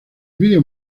video